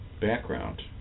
background